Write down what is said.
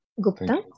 Gupta